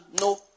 no